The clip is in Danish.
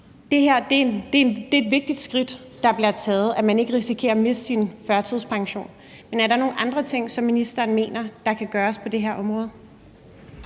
Det her er et vigtigt skridt, der bliver taget – at man ikke risikerer at miste sin førtidspension. Men er der nogle andre ting, som ministeren mener kan gøres på det her område?